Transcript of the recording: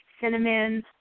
cinnamon